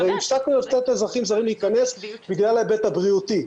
הרי הפסקנו לתת לאזרחים זרים להיכנס בגלל ההיבט הבריאותי,